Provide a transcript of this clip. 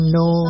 no